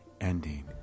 ending